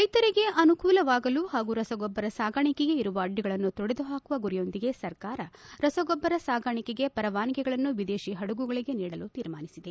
ರೈತರಿಗೆ ಅನುಕೂಲವಾಗಲು ಹಾಗೂ ರಸಗೊಬ್ಲರ ಸಾಗಾಣಿಕೆಗೆ ಇರುವ ಅಡ್ಡಿಗಳನ್ನು ತೊಡೆದು ಹಾಕುವ ಗುರಿಯೊಂದಿಗೆ ಸರ್ಕಾರ ರಸಗೊಬ್ಲರ ಸಾಗಾಣಿಕೆ ಪರವಾನಿಗೆಗಳನ್ನು ವಿದೇಶಿ ಹಡಗುಗಳಿಗೆ ನೀಡಲು ತೀರ್ಮಾನಿಸಿದೆ